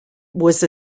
was